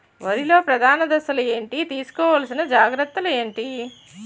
వరిలో ప్రధాన దశలు ఏంటి? తీసుకోవాల్సిన జాగ్రత్తలు ఏంటి?